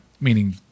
meaning